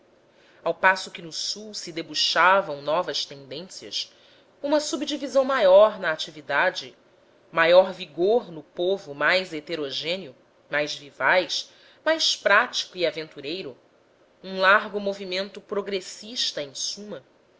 ao passo que no sul se debuxavam novas tendências uma subdivisão maior na atividade maior vigor no povo mais heterogêneo mais vivaz mais prático e aventureiro um largo movimento progressista em suma